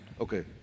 Okay